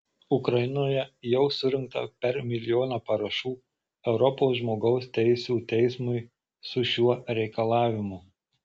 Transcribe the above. ukrainoje jau surinkta per milijoną parašų europos žmogaus teisių teismui su šiuo reikalavimu